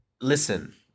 Listen